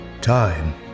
Time